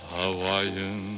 Hawaiian